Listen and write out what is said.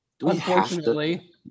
Unfortunately